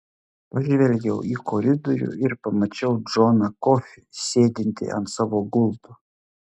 pažvelgiau į koridorių ir pamačiau džoną kofį sėdintį ant savo gulto